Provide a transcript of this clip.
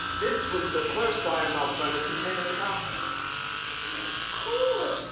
this was the first iron-melt furnace contained at the castle. it looks cool.